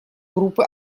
группы